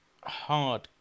hard